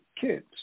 kids